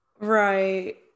Right